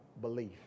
belief